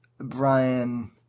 Brian